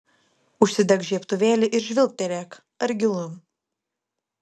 užsidek žiebtuvėlį ir žvilgterėk ar gilu